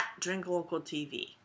drinklocal.tv